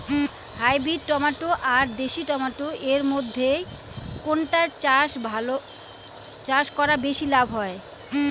Hybrid tomato আর দেশি tomato এর মইধ্যে কোনটা চাষ করা বেশি লাভ হয়?